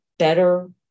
better